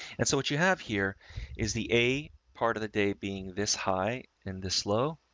and so what you have here is the, a part of the day being this high and the slow.